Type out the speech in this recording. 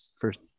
first